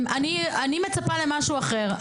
מצפה למשהו אחר.